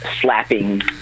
slapping